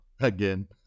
Again